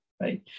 right